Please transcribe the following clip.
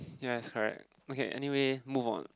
ya that's correct okay anyway move on